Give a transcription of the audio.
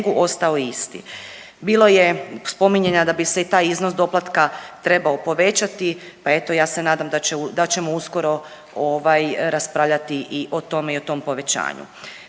ostao isti. Bilo je spominjanja da bi se i taj iznos doplatka trebao povećati, pa eto, ja se nadam da ćemo uskoro raspravljati i o tome i o tom povećanju.